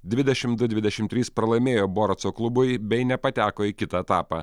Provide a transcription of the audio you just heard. dvidešimt du dvidešimt trys pralaimėjo boratso klubui ir nepateko į kitą etapą